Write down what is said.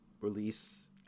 release